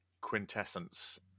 quintessence